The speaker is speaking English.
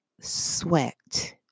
sweat